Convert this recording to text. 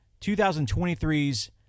2023's